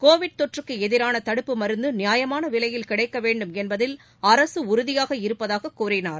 Covid தொற்றுக்குஎதிரான தடுப்பு மருந்துநியாயமானவிலையில் கிடைக்கவேண்டும் என்பதில் அரசுஉறுதியாக இருப்பதாககூறினார்